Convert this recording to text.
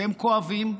והם כואבים,